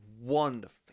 wonderful